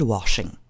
Washing